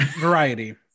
variety